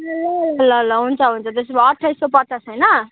ए ल ल हुन्छ हुन्छ त्यसो भए अट्ठाइस सौ पचास होइन